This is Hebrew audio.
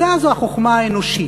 מדע זו החוכמה האנושית,